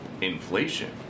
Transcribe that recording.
inflation